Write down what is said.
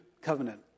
covenant